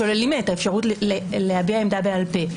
שוללים מהן את האפשרות להביע עמדה בעל פה.